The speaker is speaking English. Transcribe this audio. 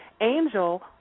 Angel